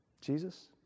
Jesus